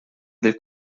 del